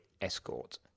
escort